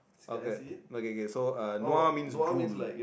okay okay okay so nua means drool